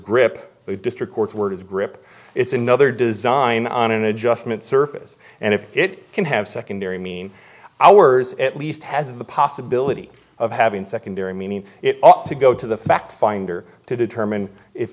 grip it district court words grip it's another design on an adjustment surface and if it can have secondary mean ours at least has the possibility of having secondary meaning it ought to go to the fact finder to determine if